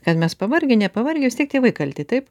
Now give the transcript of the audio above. kad mes pavargę nepavargę vis tiek tėvai kalti taip